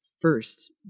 first